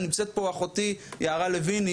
נמצאת פה אחותי יערה לוין,